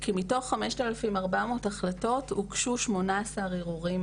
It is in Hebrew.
כי מתוך כ-5,400 החלטות הוגשו 18 ערעורים